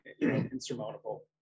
insurmountable